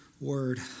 word